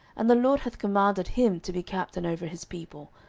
and the lord hath commanded him to be captain over his people,